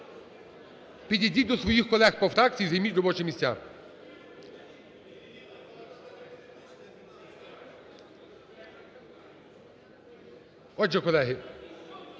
Підійдіть до своїх колег по фракції і займіть робочі місця. Отже, колеги,